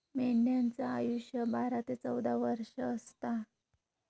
मेंढ्यांचा आयुष्य बारा ते चौदा वर्ष असता